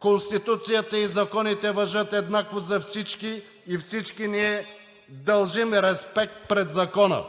Конституцията и законите важат еднакво за всички и всички ние дължим респект пред закона.